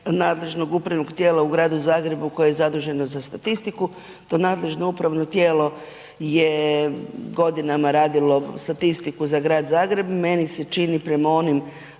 nadležnog upravnog tijela u Gradu Zagrebu koje je zaduženo za statistiku. To nadležno upravo tijelo je godinama radilo statistiku za Grad Zagreb, meni se čini prema onim